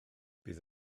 bydd